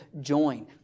join